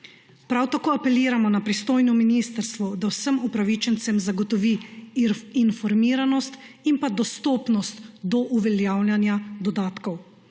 Prav tako apeliramo na pristojno ministrstvo, da vsem upravičencem zagotovi informiranost in dostopnost do uveljavljanja dodatkov.